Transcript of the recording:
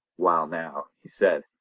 wall, now he said,